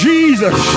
Jesus